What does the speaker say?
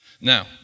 Now